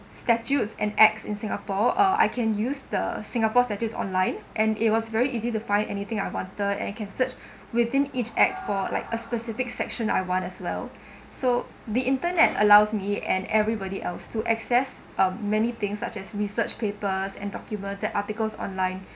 statutes and acts in singapore uh I can use the singapore statutes online and it was very easy to find anything I wanted and can search within each act for like a specific section I want as well so the internet allows me and everybody else to access um many things such as research papers and documents the articles online